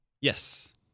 Yes